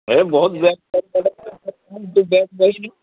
ଏ ବୋହୁତ୍ ଦେଖେ ବହିନୁ